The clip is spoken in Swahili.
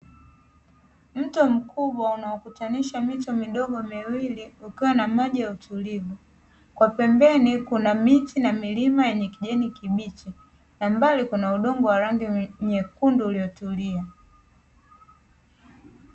Mto mkubwa unaokutanisha mito midogo miwili ukiwa na maji ya utulivu, kwa pembeni kuna miti na milima yenye kijani kibichi, kwa mbali kuna udongo wenye rangi nyekundu uliotulia.